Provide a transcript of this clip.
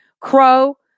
Crow